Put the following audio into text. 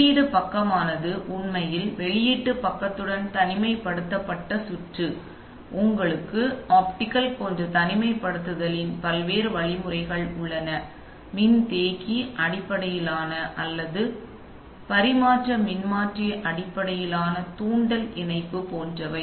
உள்ளீடு பக்கமானது உண்மையில் வெளியிட்டு பக்கத்துடன் தனிமைப்படுத்தப்பட்ட சுற்று உங்களுக்கு ஆப்டிகல் போன்ற தனிமைப்படுத்தலின் பல்வேறு வழிமுறைகள் உள்ளன மின்தேக்கி அடிப்படையிலான அல்லது பரிமாற்ற மின்மாற்றி அடிப்படையிலான தூண்டல் இணைப்பு போன்றவை